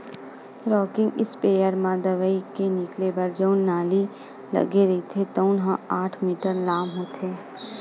rocking sprayer म दवई के निकले बर जउन नली लगे रहिथे तउन ह आठ मीटर लाम होथे